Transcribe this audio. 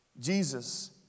Jesus